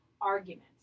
arguments